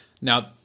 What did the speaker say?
now